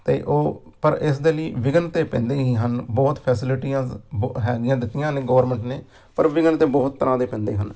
ਅਤੇ ਉਹ ਪਰ ਇਸ ਦੇ ਲਈ ਵਿਘਨ ਤਾਂ ਪੈਂਦੇ ਹੀ ਹਨ ਬਹੁਤ ਫੈਸਿਲਿਟੀਆਜ਼ ਬੋ ਹੈਗੀਆਂ ਦਿੱਤੀਆਂ ਨੇ ਗੌਰਮੈਂਟ ਨੇ ਪਰ ਵਿਘਨ ਤਾਂ ਬਹੁਤ ਤਰ੍ਹਾਂ ਦੇ ਪੈਂਦੇ ਹਨ